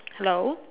hello